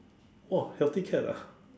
whoa healthy cat lah